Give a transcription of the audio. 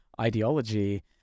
ideology